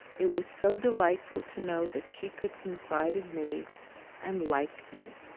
it was so delightful to know that she could confide in me and like me!